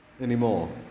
anymore